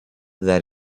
that